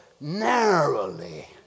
narrowly